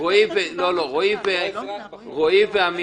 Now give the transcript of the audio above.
רועי ועמית,